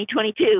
2022